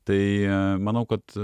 tai manau kad